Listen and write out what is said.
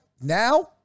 now